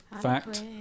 Fact